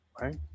right